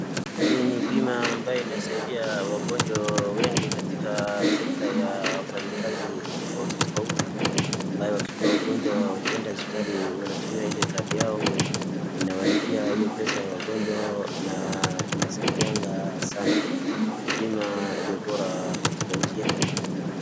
Hii ni bima ambaye inasaidia wagonjwa wengi katika sekta ya wafanyikazi tofauti tofauti. Ambayo wakikua wagonjwa wakienda hoapitali wanatumia ile kadi yao inawalipia hiyo pesa ya wagonjwa na inasaidianga sana. Ni bima iliyo bora katika nchi yetu.